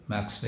Max